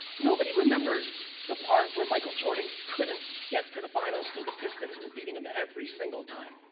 nobody remembers the part where michael jordan couldn't get to the finals because the pistons were beating him every single time.